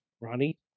Ronnie